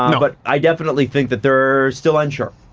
um but i definitely think that they're still unsure.